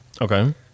Okay